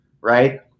Right